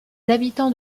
habitants